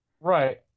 Right